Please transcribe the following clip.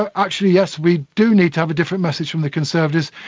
ah actually yes we do need to have a different message from the conservatives,